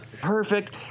Perfect